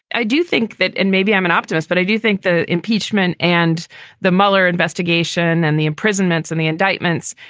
i do think that and maybe i'm an optimist, but i do think the impeachment and the mueller investigation and the imprisonments and the indictments,